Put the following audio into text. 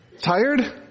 Tired